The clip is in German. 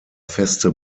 feste